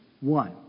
One